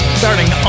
starting